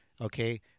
Okay